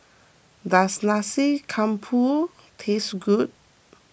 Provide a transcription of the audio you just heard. does Nasi Campur tastes good